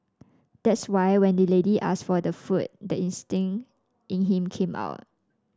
that's why when the lady asked for the food the instinct in him came out